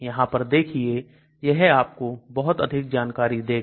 यहां पर देखिए यह आपको बहुत अधिक जानकारी देगा